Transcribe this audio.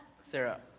Sarah